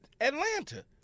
Atlanta